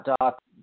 Doc